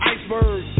Iceberg